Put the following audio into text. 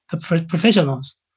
professionals